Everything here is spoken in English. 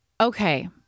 okay